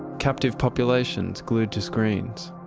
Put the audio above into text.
captive populations glued to screens,